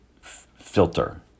filter